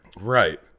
Right